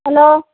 hello